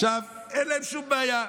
עכשיו, אין להם שום בעיה,